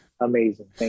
amazing